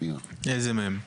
איזה מהם?